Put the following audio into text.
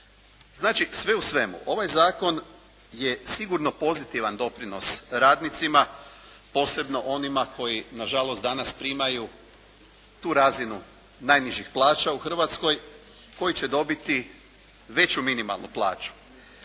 Znači sve u svemu ovaj zakon je sigurno pozitivan doprinos radnicima, posebno onima koji nažalost danas primaju tu razinu najnižih plaća u Hrvatskoj koji će dobiti veću minimalnu plaću.